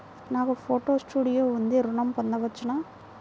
నాకు photo studio ఉంది ఋణం పొంద వచ్చునా?